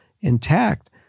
intact